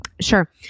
Sure